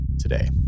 today